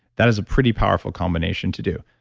that is a pretty powerful combination to do